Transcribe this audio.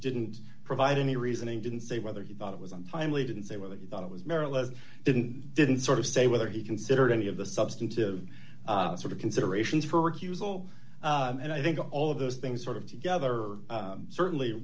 didn't provide any reasoning didn't say whether he thought it was and finally didn't say whether he thought it was maryland didn't didn't sort of say whether he considered any of the substantive sort of considerations for recusal and i think all of those things sort of together certainly